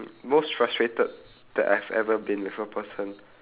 most frustrated that I've ever been with a person